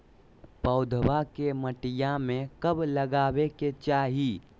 पौधवा के मटिया में कब लगाबे के चाही?